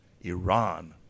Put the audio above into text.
Iran